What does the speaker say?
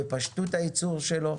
בפשטות הייצור שלו.